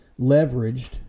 leveraged